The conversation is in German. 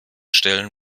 stellen